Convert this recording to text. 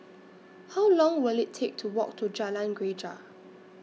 How Long Will IT Take to Walk to Jalan Greja